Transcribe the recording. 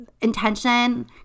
intention